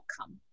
outcome